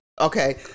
okay